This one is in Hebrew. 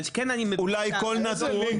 אבל כן אני --- אולי כל נתון --- איזה לינק?